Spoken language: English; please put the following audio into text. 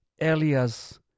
Elias